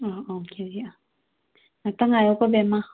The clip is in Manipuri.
ꯑꯧ ꯑꯧ ꯀꯦꯖꯤ ꯉꯥꯛꯇꯪ ꯉꯥꯏꯌꯣꯀꯣ ꯕꯦꯝꯃ